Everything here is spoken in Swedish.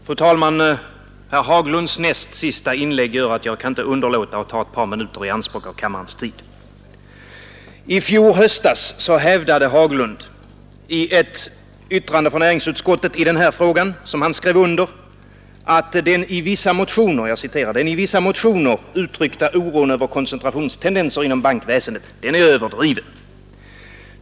Fru talman! Herr Haglunds näst sista inlägg gör att jag inte kan underlåta att ta ett par minuter av kammarens tid i anspråk. I höstas hävdade herr Haglund i ett yttrande från näringsutskottet i denna fråga, som han skrev under, att den i vissa motioner uttryckta oron för dessa koncentrationstendenser inom bankväsendet är överdriven.